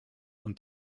und